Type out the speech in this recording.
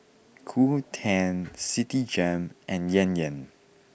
Qoo ten Citigem and Yan Yan